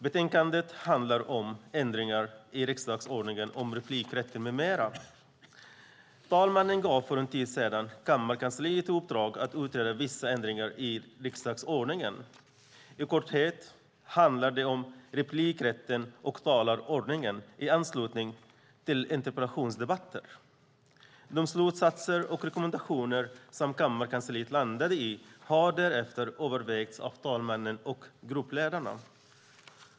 Betänkandet handlar om ändringar i riksdagsordningen om replikrätten med mera. Talmannen gav för en tid sedan kammarkansliet i uppdrag att utreda vissa ändringar i riksdagsordningen. I korthet handlar det om replikrätten och talarordningen i anslutning till interpellationsdebatter. De slutsatser och rekommendationer som kammarkansliet landade i har därefter övervägts av talmannen och gruppledarna.